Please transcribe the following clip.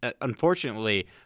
unfortunately